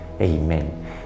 Amen